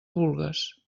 vulgues